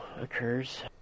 occurs